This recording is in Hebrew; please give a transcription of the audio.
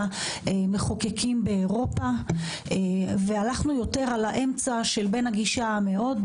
מחוקקים באירופה והלכנו יותר על האמצע של בין הגישה המאוד